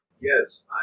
Yes